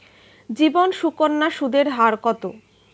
জীবন সুকন্যা সুদের হার কত?